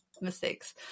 mistakes